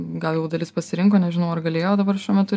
gal jau dalis pasirinko nežinau ar galėjo dabar šiuo metu